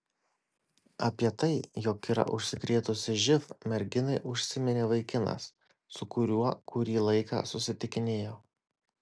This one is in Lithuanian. apie tai jog yra užsikrėtusi živ merginai užsiminė vaikinas su kuriuo kurį laiką susitikinėjo